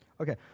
Okay